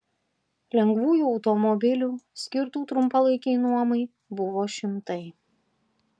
lengvųjų automobilių skirtų trumpalaikei nuomai buvo šimtai